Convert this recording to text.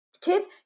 Kids